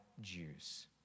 Jews